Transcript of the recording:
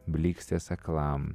blykstės aklam